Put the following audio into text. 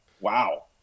Wow